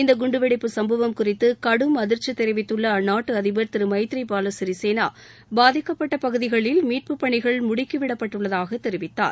இந்த குண்டுவெடிப்பு சம்பவம் குறித்து கடும் அதிர்ச்சி தெரிவித்துள்ள அந்நாட்டு அதிபர் திரு மைத்ரி பால சிறிசேனா பாதிக்கப்பட்ட பகுதகளில் மீட்புப் பணிகள் முடுக்கிவிடப்பட்டுள்ளதாகத் தெரிவித்தார்